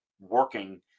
working